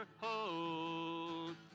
hold